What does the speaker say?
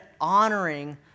honoring